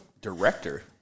director